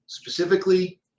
Specifically